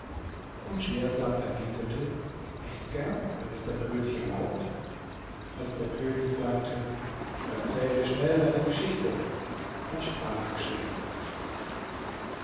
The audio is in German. und schehersad erwiderte recht gern wenn es der könig erlaubt als der könig sagte erzähle schnell deine geschichte da sprach